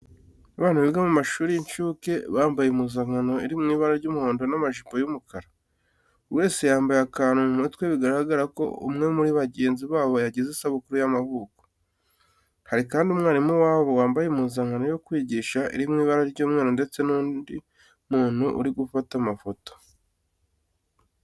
Abana biga mu ishuri ry'incuke, bambaye impuzankano iri mu ibara ry'umuhondo n'amajipo y'umukara. Buri wese yambaye akantu mu mutwe bigaragaza ko umwe muri bagenzi babo yagize isabukuru y'amavuko. Hari kandi umwarimu wabo wambaye impuzankano yo kwigisha iri mu ibara ry'umweru ndetse n'undi muntu uri gufata amafoto.